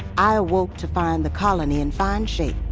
i awoke to find the colony in fine shape.